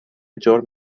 جرم